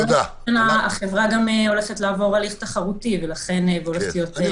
החברה הולכת לעבור הליך תחרותי ולכן הולכת להיות --- תודה.